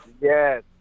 yes